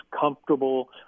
comfortable